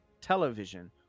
television